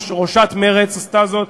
ראשת מרצ עשתה זאת,